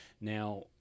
Now